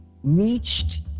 Reached